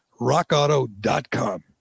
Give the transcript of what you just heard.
rockauto.com